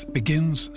begins